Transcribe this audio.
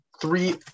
three